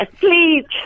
Please